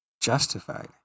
justified